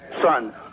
son